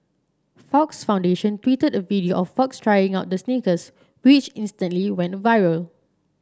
Fox Foundation tweeted a video of Fox trying out the sneakers which instantly went viral